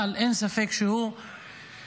אבל אין ספק שהוא עיכב,